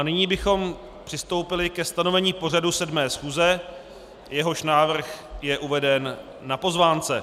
Nyní bychom přistoupili ke stanovení pořadu 7. schůze, jehož návrh je uveden na pozvánce.